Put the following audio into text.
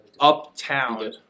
uptown